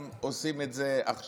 הם עושים את זה עכשיו.